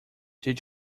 did